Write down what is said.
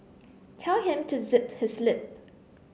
tell him to zip his lip